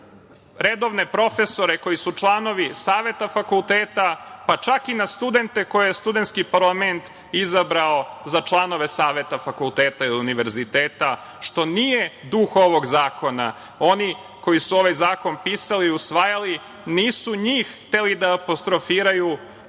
redovne profesore koji su članovi saveta fakulteta, pa čak i na studente koje je studentski parlament izabrao za članove saveta fakulteta ili univerziteta, što nije duh ovog zakona. Oni koji su ovaj zakon pisali i usvajali nisu njih hteli da apostrofiraju